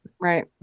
Right